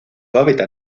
hábitat